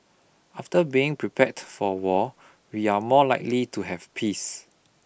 after being prepared for war we are more likely to have peace